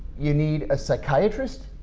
you need a psychiatrist,